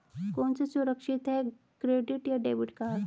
कौन सा सुरक्षित है क्रेडिट या डेबिट कार्ड?